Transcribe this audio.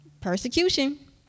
persecution